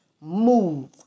move